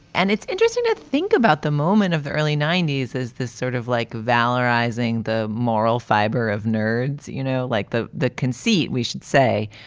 and it's interesting to think about the moment of the early ninety s as this sort of like valorizing the moral fiber of nerds you know, like the the conceit, we should say,